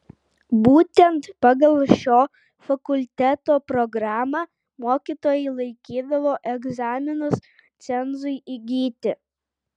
būtent pagal šio fakulteto programą mokytojai laikydavo egzaminus cenzui įgyti